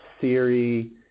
Siri